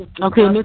Okay